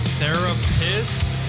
therapist